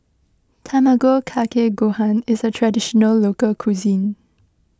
Tamago Kake Gohan is a Traditional Local Cuisine